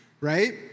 right